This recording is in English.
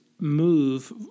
move